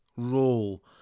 role